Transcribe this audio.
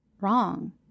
wrong